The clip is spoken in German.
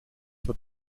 wird